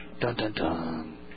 Dun-dun-dun